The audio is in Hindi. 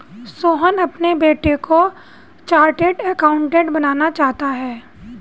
सोहन अपने बेटे को चार्टेट अकाउंटेंट बनाना चाहता है